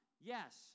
Yes